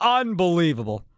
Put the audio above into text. unbelievable